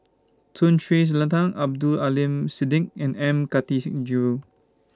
Tun Sri Lanang Abdul Aleem Siddique and M Karthigesu